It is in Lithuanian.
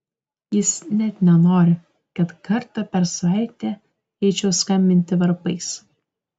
jis net nenori kad kartą per savaitę eičiau skambinti varpais